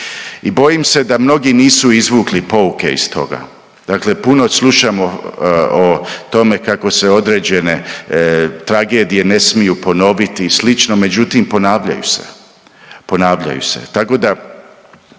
I bojim se da mnogi nisu izvukli pouke iz toga. Dakle, puno slušamo o tome kako se određene tragedije ne smiju ponoviti i slično međutim ponavljaju se,